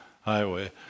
highway